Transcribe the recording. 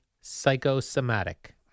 psychosomatic